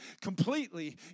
completely